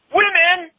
Women